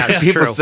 people